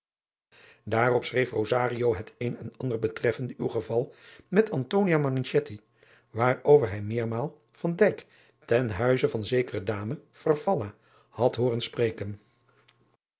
schreef het een en ander betreffende uw geval met waarover hij meermaal ten huize van zekere ame had hooren spreken